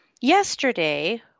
Yesterday